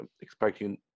expecting